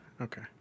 Okay